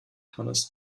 hannes